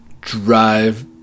drive